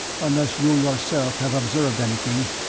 unless you yourself have observed anything.